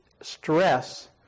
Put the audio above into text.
stress